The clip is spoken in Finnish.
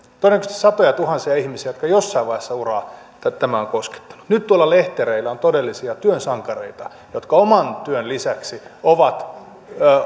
todennäköisesti on satojatuhansia ihmisiä joita jossain vaiheessa uraa tämä on koskettanut nyt tuolla lehtereillä on todellisia työn sankareita jotka oman työn lisäksi ovat